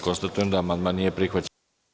Konstatujem da amandman nije prihvaćen.